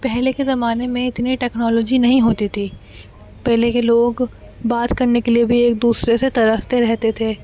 پہلے کے زمانے میں اتنی ٹیکنالوجی نہیں ہوتی تھی پہلے کے لوگ بات کرنے کے لیے بھی ایک دوسرے سے ترستے رہتے تھے